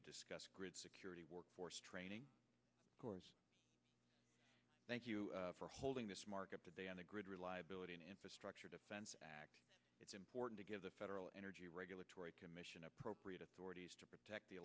to discuss grid security workforce training corps thank you for holding this market today on the grid reliability in infrastructure defense it's important to give the federal energy regulatory commission appropriate authorities to protect the